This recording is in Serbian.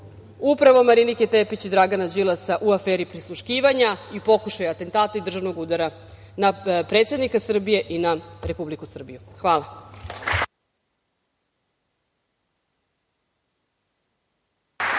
upravo Marinike Tepić i Dragana Đilasa u aferi prisluškivanja i pokušaja atentata i državnog udara na predsednika Srbije i na Republiku Srbiju. Hvala.